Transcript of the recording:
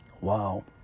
Wow